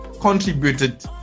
contributed